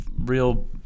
real